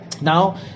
Now